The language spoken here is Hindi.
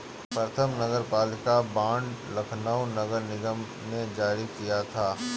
प्रथम नगरपालिका बॉन्ड लखनऊ नगर निगम ने जारी किया था